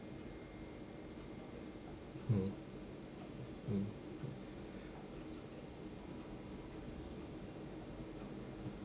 mm mm